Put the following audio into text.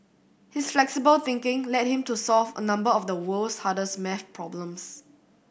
his flexible thinking led him to solve a number of the world's hardest math problems